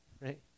Right